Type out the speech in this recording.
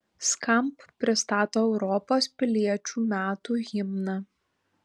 skamp pristato europos piliečių metų himną